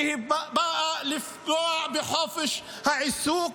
כי היא באה לפגוע בחופש העיסוק,